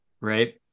right